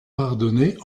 pardonner